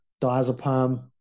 diazepam